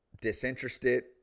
disinterested